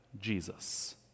Jesus